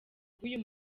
bw’uyu